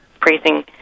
praising